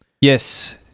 Yes